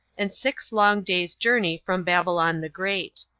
and six long days' journey from babylon the great.